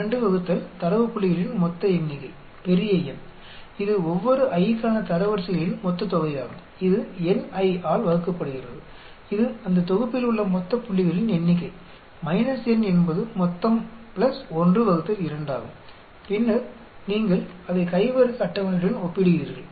12 ÷ தரவு புள்ளிகளின் மொத்த எண்ணிக்கை பெரிய N இது ஒவ்வொரு i க்கான தரவரிசைகளின் மொத்த தொகை ஆகும் இது ni ஆல் வகுக்கப்படுகிறது இது அந்த தொகுப்பில் உள்ள மொத்த புள்ளிகளின் எண்ணிக்கை n என்பது மொத்தம் 1 ÷ 2 ஆகும் பின்னர் நீங்கள் அதை கை - வர்க்க அட்டவணையுடன் ஒப்பிடுகிறீர்கள்